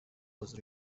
was